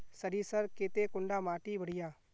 सरीसर केते कुंडा माटी बढ़िया?